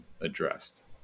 addressed